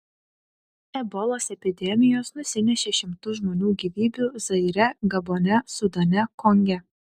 ebolos epidemijos nusinešė šimtus žmonių gyvybių zaire gabone sudane konge